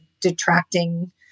detracting